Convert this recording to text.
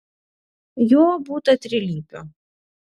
jo būta trilypio